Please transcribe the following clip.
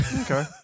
Okay